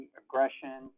aggression